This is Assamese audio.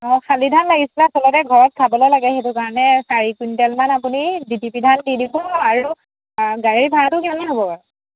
অঁ শালি ধান লাগিছিলে আচলতে ঘৰত খাবলৈ লাহে সেইটো কাৰণে চাৰি কুইণ্টেলমান আপুনি ধান দি দিব আৰু গাড়ীৰ ভাড়াটো কিমানমান হ'ব বাৰু